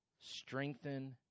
strengthen